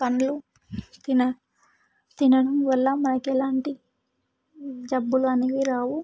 పండ్లు తిన తినడం వల్ల మనకు ఎలాంటి జబ్బులు అనేవి రావు